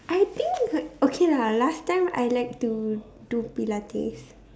I think okay lah last time I like to do Pilates